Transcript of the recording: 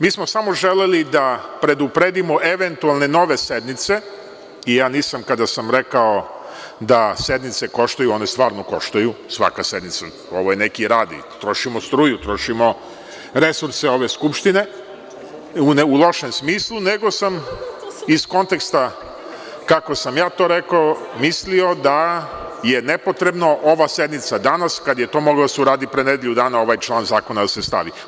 Mi smo samo želeli da predupredimo eventualne nove sednice i ja nisam kada sam rekao da sednice koštaju, one stvarno koštaju, svaka sednica, ovo je neki rad, trošimo struju, trošimo resurse ove skupštine u lošem smislu, nego sam iz konteksta kako sam ja to rekao mislio da je nepotrebno ova sednica danas kada je to moglo da se uradi pre nedelju dana, ovaj član zakona da se stavi.